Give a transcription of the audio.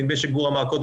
נדמה לי שגור אמר קודם,